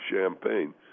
champagne